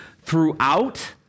throughout